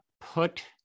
put